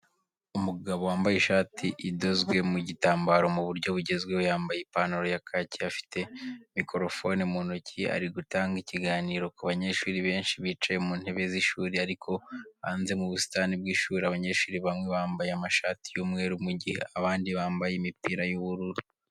Umugabo wambaye ishati idozwe mu gitambaro mu buryo bugezweho, yambaye ipantaro ya kaki, afite mikorofone mu ntoki ari gutanga ikiganiro ku banyeshuri benshi bicaye mu ntebe z'ishuri ariko hanze mu busitani bw'ishuri. Abanyeshuri bamwe bambaye amashati y'umweru mu gihe abandi bambaye imipira y'ubururu.